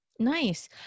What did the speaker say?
Nice